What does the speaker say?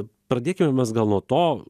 pradėkime mes gal nuo to